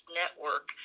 network